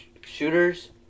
shooters